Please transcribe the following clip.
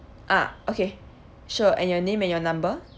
ah okay sure and your name and your number